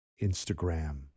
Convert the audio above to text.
Instagram